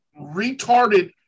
retarded